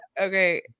Okay